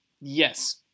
Yes